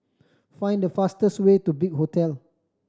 find the fastest way to Big Hotel